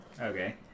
Okay